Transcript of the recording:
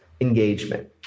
engagement